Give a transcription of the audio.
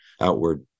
outward